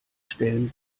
stellen